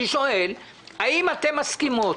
אני שואל האם אתן מסכימות